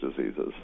diseases